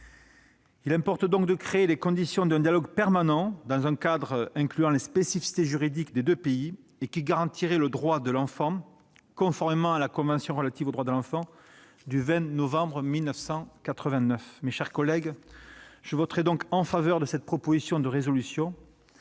Il importe de créer les conditions d'un dialogue permanent, dans un cadre qui inclurait les spécificités juridiques des deux pays et qui garantirait le droit de l'enfant, conformément à la convention relative aux droits de l'enfant du 20 novembre 1989. Mes chers collègues, je voterai donc en faveur de cette proposition de résolution.